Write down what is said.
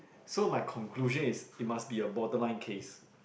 so my conclusion is it must be a borderline case